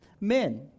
men